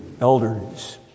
elders